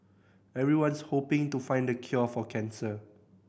everyone's hoping to find the cure for cancer